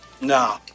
No